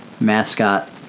mascot